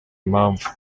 impamvu